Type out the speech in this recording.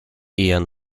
ian